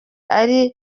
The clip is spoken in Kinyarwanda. ari